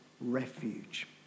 refuge